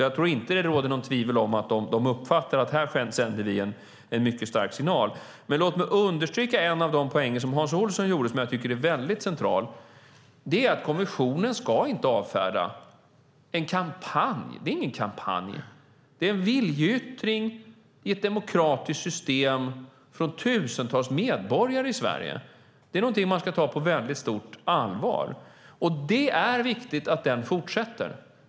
Jag tror därför att det inte råder något tvivel om att kommissionen uppfattar att vi sänder en stark signal. Låt mig understryka en av de poänger som Hans Olsson gjorde och som jag tycker är central. Kommissionen ska inte avfärda oss. Det är ingen kampanj. Det är en viljeyttring i ett demokratiskt system från tusentals medborgare i Sverige som ska tas på stort allvar. Det är viktigt att denna viljeyttring fortsätter.